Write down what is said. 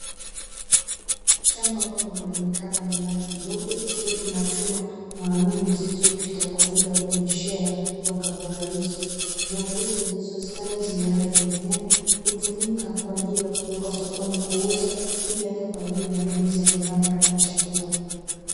Shamba kubwa lenye kava yenye rangi jeupe zilizopo na chuma maalumu, zilizopita kwa ajili ya kunyeshea mbogamboga hizo. Mboga hizo zilizostawi zenye rangi ya kijani hutumika kwa ajili ya kupelekwa sokoni kuuza pia hata kwa ajili ya matumizi ya nyumbani kama chakula.